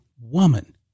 woman